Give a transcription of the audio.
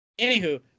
Anywho